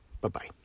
Bye-bye